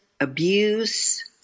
abuse